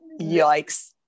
yikes